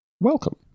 welcome